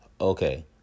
okay